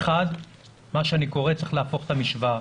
האחד, מה שאני קורא, צריך להפוך את המשוואה.